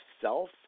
self